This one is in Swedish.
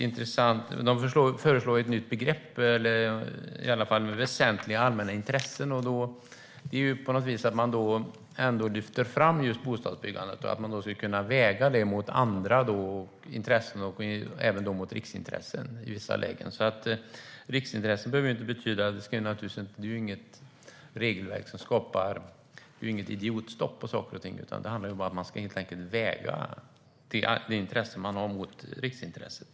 Utredningen föreslår ett nytt begrepp, nämligen väsentliga allmänna intressen. Det handlar då om att lyfta fram bostadsbyggandet och att det kan vägas mot andra intressen och även mot riksintressen. Riksintressen handlar inte om idiotstopp på saker och ting utan om att väga det egna intresset mot riksintresset.